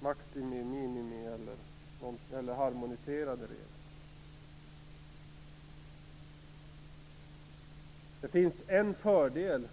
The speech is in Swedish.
maximi-, minimi eller harmoniserade regler. Det finns naturligtvis en fördel.